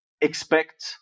expect